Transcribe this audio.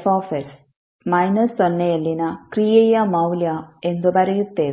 sFs minus ಸೊನ್ನೆಯಲ್ಲಿನ ಕ್ರಿಯೆಯ ಮೌಲ್ಯ ಎಂದು ಬರೆಯುತ್ತೇವೆ